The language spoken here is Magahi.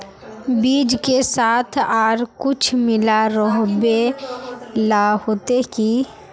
बीज के साथ आर कुछ मिला रोहबे ला होते की?